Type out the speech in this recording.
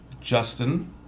Justin